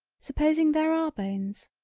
supposing there are bones.